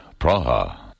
Praha